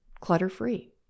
clutter-free